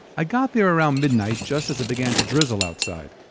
i got there around midnight just as it began to drizzle outside.